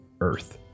earth